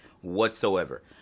whatsoever